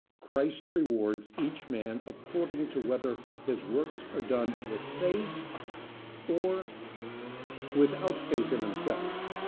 christ rewards each man according to whether his works are done with faith or without faith in himself.